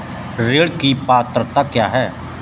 ऋण की पात्रता क्या है?